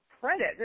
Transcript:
credit